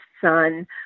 son